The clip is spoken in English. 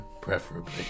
preferably